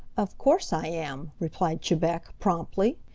of course i am, replied chebec promptly.